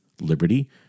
liberty